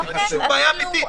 זו בעיה אמיתית.